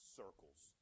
circles